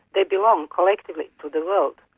they belong, collectively, to the world.